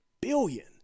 billion